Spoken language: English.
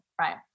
right